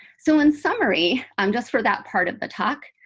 so in summary, um just for that part of the talk,